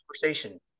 conversation